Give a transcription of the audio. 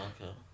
Okay